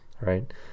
right